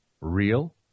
real